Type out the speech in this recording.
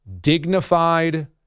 dignified